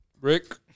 Rick